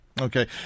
Okay